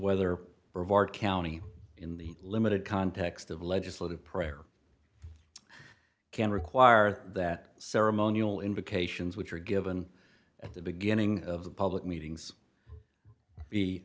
our county in the limited context of legislative prayer can require that ceremonial invocations which are given at the beginning of the public meetings